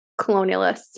colonialists